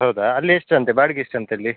ಹೌದಾ ಅಲ್ಲಿ ಎಷ್ಟು ಅಂತೆ ಬಾಡಿಗೆ ಎಷ್ಟು ಅಂತೆ ಅಲ್ಲಿ